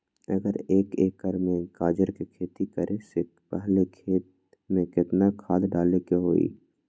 अगर एक एकर में गाजर के खेती करे से पहले खेत में केतना खाद्य डाले के होई?